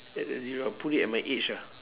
add a zero I'll put it at my age ah